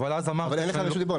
אין לך רשות דיבור.